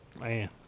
Man